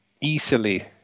easily